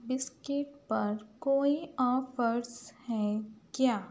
biscuit پر کوئی offers ہیں کیا